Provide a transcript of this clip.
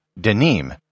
Denim